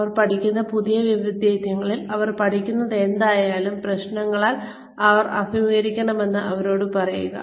അവർ പഠിക്കുന്ന ഈ പുതിയ വൈദഗ്ധ്യത്തിൽ അവർ പഠിക്കുന്നതെന്തായാലും പ്രശ്നങ്ങളൾ അവർ അഭിമുഖീകരിക്കുമെന്ന് അവരോട് പറയുക